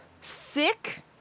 sick